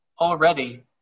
already